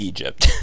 Egypt